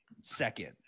second